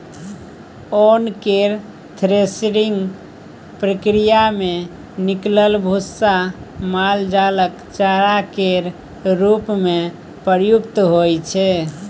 ओन केर थ्रेसिंग प्रक्रिया मे निकलल भुस्सा माल जालक चारा केर रूप मे प्रयुक्त होइ छै